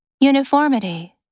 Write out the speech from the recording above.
Uniformity